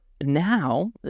now